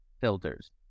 filters